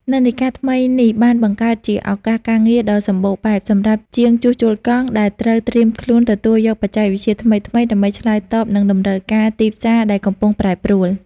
និន្នាការថ្មីនេះបានបង្កើតជាឱកាសការងារដ៏សម្បូរបែបសម្រាប់ជាងជួសជុលកង់ ដែលត្រូវត្រៀមខ្លួនទទួលយកបច្ចេកវិទ្យាថ្មីៗដើម្បីឆ្លើយតបនឹងតម្រូវការទីផ្សារដែលកំពុងប្រែប្រួល។